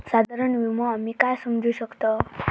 साधारण विमो आम्ही काय समजू शकतव?